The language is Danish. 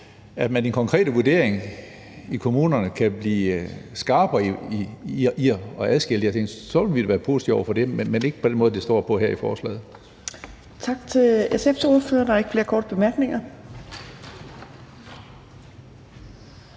at man i den konkrete vurdering i kommunerne kan blive skarpere til at adskille de her ting, så vil vi da være positive over for det, men ikke på den måde, det står på her i forslaget.